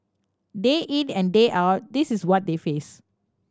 day in and day out this is what they face